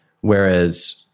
Whereas